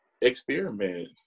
experiment